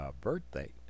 birthday